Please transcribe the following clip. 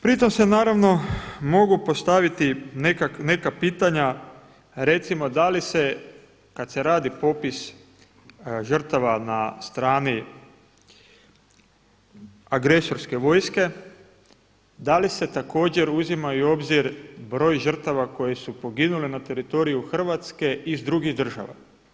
Pri tom se mogu postaviti neka pitanja, recimo da li se kada se radi popis žrtava na strni agresorske vojske da li se također uzima u obzir broj žrtava koje su poginule na teritoriju Hrvatske iz drugih država.